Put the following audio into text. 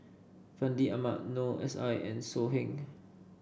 Fandi Ahmad Noor S I and So Heng